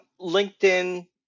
LinkedIn